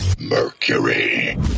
Mercury